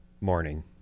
morning